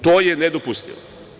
To je nedopustivo.